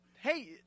Hey